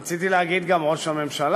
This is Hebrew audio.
רציתי להגיד גם "ראש הממשלה,